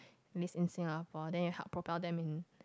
base in Singapore then you help propel them in